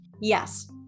Yes